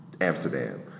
Amsterdam